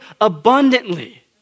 abundantly